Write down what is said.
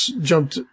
jumped